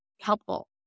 helpful